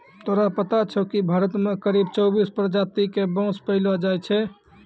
तोरा पता छौं कि भारत मॅ करीब चौबीस प्रजाति के बांस पैलो जाय छै